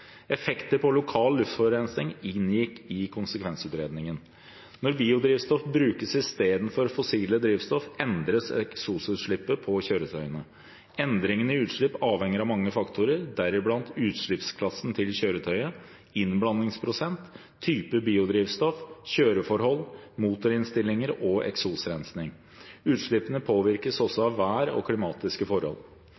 Effekter på lokal luftforurensning inngikk i konsekvensutredningen. Når biodrivstoff brukes istedenfor fossile drivstoff, endres eksosutslippet fra kjøretøyene. Endringene i utslipp avhenger av mange faktorer, deriblant utslippsklassen til kjøretøyet, innblandingsprosent, type biodrivstoff, kjøreforhold, motorinnstillinger og eksosrensing. Utslippene påvirkes også